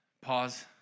pause